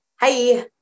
Hey